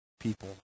People